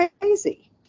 crazy